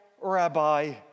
Rabbi